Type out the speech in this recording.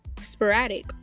sporadic